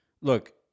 Look